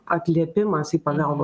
atliepimas į pagalbą